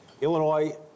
Illinois